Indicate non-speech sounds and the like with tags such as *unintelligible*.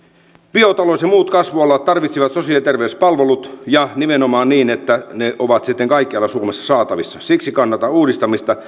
biotalous ja muut kasvualat tarvitsevat sosiaali ja terveyspalveluita ja nimenomaan niin että ne ovat sitten kaikkialla suomessa saatavissa siksi kannatan uudistamista *unintelligible*